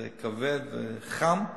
זה כבד וחם,